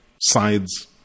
sides